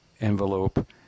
envelope